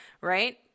right